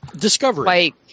Discovery